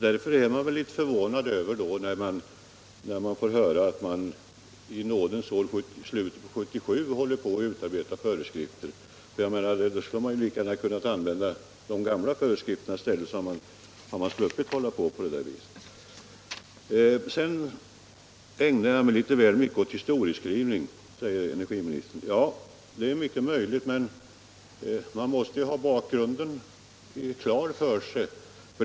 Därför är jag litet förvånad när jag får höra — i slutet av nådens år 1977 — att man håller på att utarbeta föreskrifter. Man skulle lika gärna kunna använda de gamla, så hade man sluppit det arbetet. Jag ägnade mig litet väl mycket åt historieskrivning, säger energiministern. Det är möjligt, men man måste ha bakgrunden klar för sig.